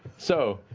so.